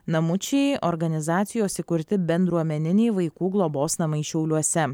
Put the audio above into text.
namučiai organizacijos įkurti bendruomeniniai vaikų globos namai šiauliuose